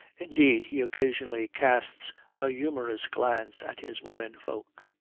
indeed, he occasionally casts a humorous glance at his women-folk.